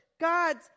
God's